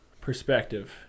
perspective